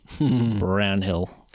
Brownhill